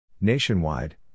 Nationwide